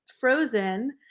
frozen